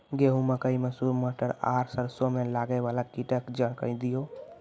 गेहूँ, मकई, मसूर, मटर आर सरसों मे लागै वाला कीटक जानकरी दियो?